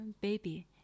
baby